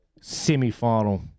semi-final